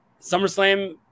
SummerSlam